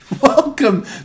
Welcome